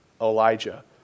Elijah